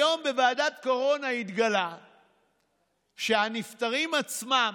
היום בוועדת קורונה התגלה שהנפטרים עצמם,